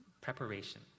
preparation